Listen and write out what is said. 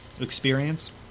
experience